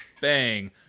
bang